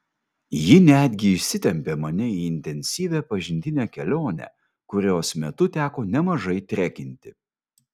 ji netgi išsitempė mane į intensyvią pažintinę kelionę kurios metu teko nemažai trekinti